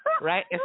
right